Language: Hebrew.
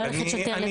לא ללכת שוטר לבד.